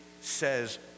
says